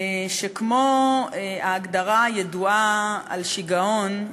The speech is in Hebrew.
שכמו ההגדרה הידועה על שיגעון,